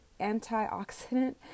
antioxidant